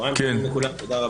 צוהריים טובים לכולם, תודה רבה.